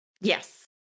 yes